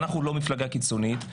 ואנחנו מפלגה לא קיצונית,